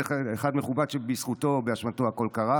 אחד מכובד שבזכותו או באשמתו הכול קרה.